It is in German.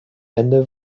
ende